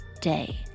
day